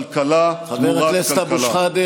כלכלה תמורת כלכלה.